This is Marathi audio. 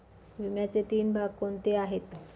विम्याचे तीन भाग कोणते आहेत?